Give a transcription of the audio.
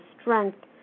strength